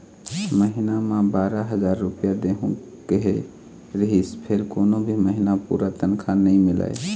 महिना म बारा हजार रूपिया देहूं केहे रिहिस फेर कोनो भी महिना पूरा तनखा नइ मिलय